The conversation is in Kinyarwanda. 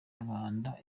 umwanda